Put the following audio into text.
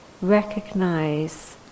Recognize